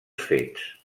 fets